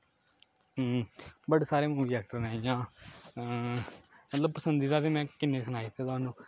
हूं बड़े सारे मूवी ऐक्टर न जियां मतलब पसंदीदा ते में किन्ने सनाई दित्ते थुहानूं